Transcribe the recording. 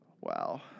Wow